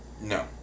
No